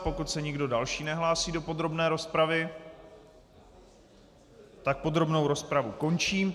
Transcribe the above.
Pokud se nikdo další nehlásí do podrobné rozpravy, tak podrobnou rozpravu končím.